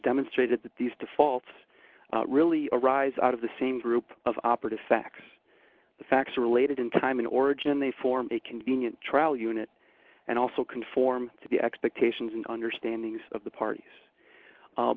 demonstrated that these defaults really arise out of the same group of operative facts the facts are related in time in origin they form a convenient trial unit and also conform to the expectations and understanding of the parties